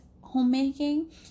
homemaking